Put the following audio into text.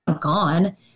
gone